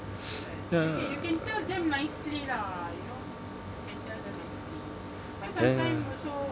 ya ya ya